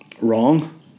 Wrong